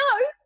no